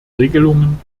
regelungen